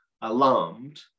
alarmed